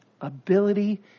ability